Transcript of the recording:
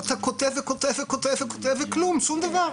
אתה כותב וכותב וכותב וכותב וכלום, שום דבר.